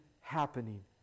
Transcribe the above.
happening